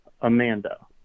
Amanda